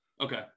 okay